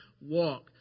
walk